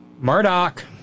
Murdoch